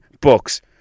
books